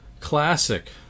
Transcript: classic